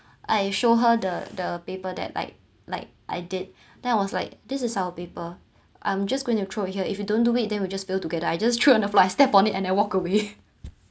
I show her the the paper that like like I did then I was like this is our paper I'm just going to throw here if you don't do it then we'll just fail together I just threw on the floor I stepped on it and then walk away